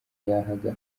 yahaga